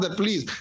please